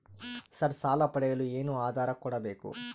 Sir ಸಾಲ ಪಡೆಯಲು ಏನು ಆಧಾರ ಕೋಡಬೇಕು?